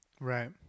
right